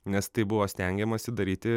nes tai buvo stengiamasi daryti